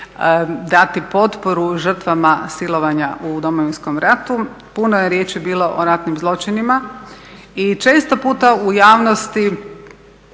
dati potporu žrtvama silovanja u Domovinskom ratu, puno je riječi bilo o ratnim zločinima i često puta u javnosti